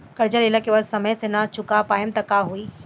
कर्जा लेला के बाद समय से ना चुका पाएम त का होई?